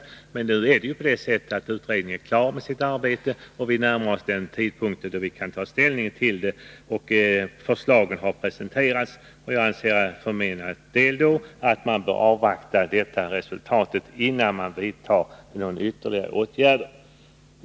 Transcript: Utredningen är emellertid nu klar med sitt arbete, och vi närmar oss den tidpunkt då vi kan ta ställning till de förslag som har presenterats. Därför anser jag att vi bör avvakta det resultatet innan vi vidtar ytterligare åtgärder.